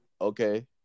Okay